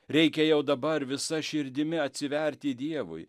reikia jau dabar visa širdimi atsiverti dievui